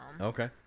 okay